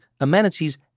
amenities